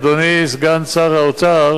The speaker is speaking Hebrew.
אדוני סגן שר האוצר